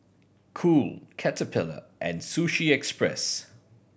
Cool Caterpillar and Sushi Express